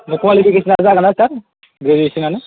कुयालिफिकेसना जागोन्ना सार ग्रेजुयेसनानो